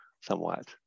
somewhat